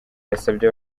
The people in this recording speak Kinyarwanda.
yasabye